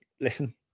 listen